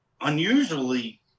unusually